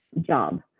job